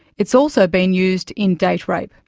it's also been used in date rape.